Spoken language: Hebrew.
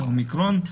אומיקרון,